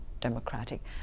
democratic